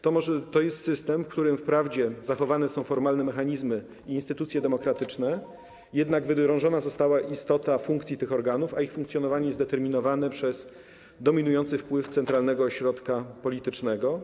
To jest system, w którym wprawdzie zachowane są formalne mechanizmy i instytucje demokratyczne, jednak wydrążona została istota funkcji tych organów, a ich funkcjonowanie jest determinowane przez dominujący wpływ centralnego ośrodka politycznego.